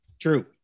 true